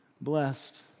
blessed